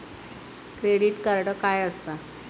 Credit card काय असता?